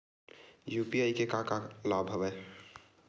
UPI के का का लाभ हवय?